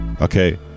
okay